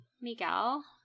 Miguel